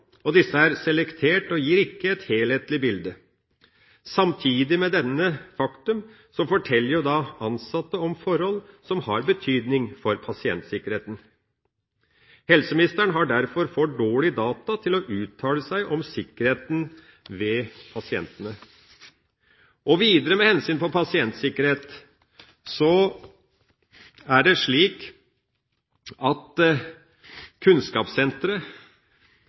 og disse er selektert og gir ikke et helhetlig bilde. Samtidig med dette faktum forteller ansatte om forhold som har betydning for pasientsikkerheten. Helseministeren har derfor for dårlige data til å uttale seg om sikkerheten for pasientene. Videre med hensyn til pasientsikkerhet er det slik at kunnskapssenteret,